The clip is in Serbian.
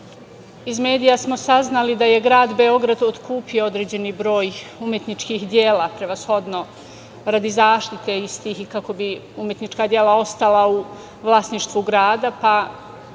iz medija smo saznali da je grad Beograd otkupio određeni broj umetničkih dela, prevashodno radi zaštite istih i kako bi umetnička dela ostala u vlasništvu grada, pa